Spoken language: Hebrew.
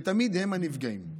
ותמיד הם הנפגעים.